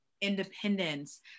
independence